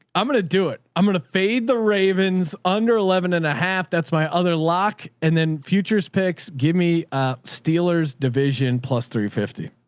i'm going to do it. i'm going to fade the ravens under eleven and a half. that's my other lock. and then futures picks. give me a steelers division plus three. speaker